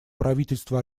правительство